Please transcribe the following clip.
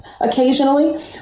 occasionally